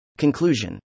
Conclusion